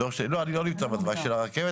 לא, אני לא נמצא בתוואי של הרכבת.